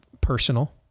personal